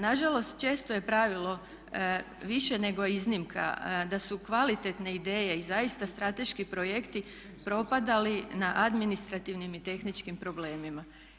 Nažalost često je pravilo više nego iznimka da su kvalitetne ideje i zaista strateški projekti propadali na administrativnim i tehničkim problemima.